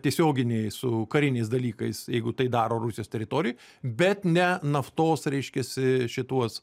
tiesioginiai su kariniais dalykais jeigu tai daro rusijos teritorijoj bet ne naftos reiškiasi šituos